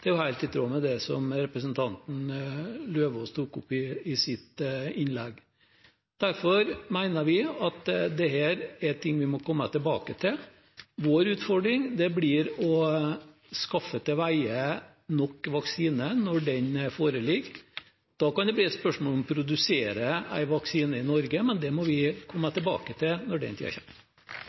i tråd med det representanten Eidem Løvaas tok opp i sitt innlegg. Derfor mener vi at dette er noe vi må komme tilbake til. Vår utfordring blir å skaffe til veie nok vaksiner når den foreligger. Da kan det bli et spørsmål om å produsere en vaksine i Norge, men det må vi komme tilbake til når den